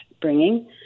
bringing